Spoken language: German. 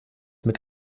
mit